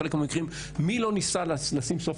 בחלק מהמקרים מי לא ניסה לשים סוף